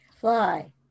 fly